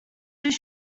this